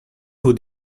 would